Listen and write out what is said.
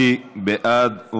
מי בעד?